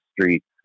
streets